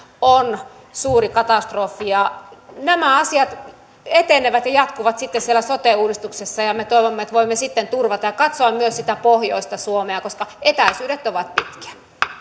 on suuri katastrofi nämä asiat etenevät ja jatkuvat sitten siellä sote uudistuksessa ja me toivomme että voimme sitten turvata ja katsoa myös sitä pohjoista suomea koska etäisyydet ovat pitkiä